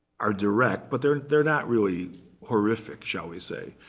are direct, but they're they're not really horrific, shall we say.